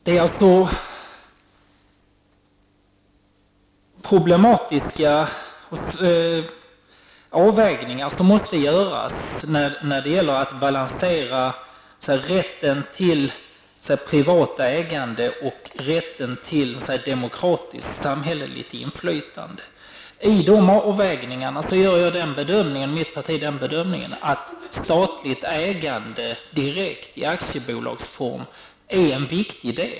Det är, som jag sade, problematiska avvägningar som måste göras när det gäller att balansera rätten till privat ägande och rätten till demokratiskt samhälleligt inflytande. I de avvägningarna gör jag och mitt parti den bedömningen att statligt ägande direkt i aktiebolagsform är viktigt.